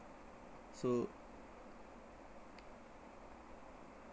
so